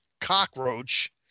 cockroach